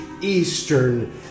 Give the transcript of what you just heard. Eastern